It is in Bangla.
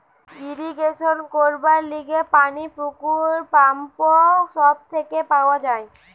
ইরিগেশন করবার লিগে পানি পুকুর, পাম্প সব থেকে পাওয়া যায়